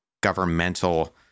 governmental